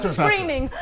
screaming